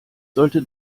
sollte